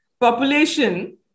population